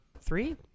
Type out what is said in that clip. three